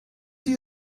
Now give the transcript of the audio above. you